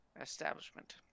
establishment